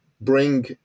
bring